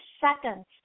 seconds